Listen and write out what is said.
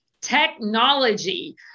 technology